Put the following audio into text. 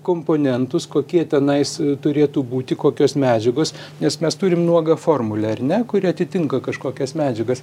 komponentus kokie tenais turėtų būti kokios medžiagos nes mes turim nuogą formulę ar ne kuri atitinka kažkokias medžiagas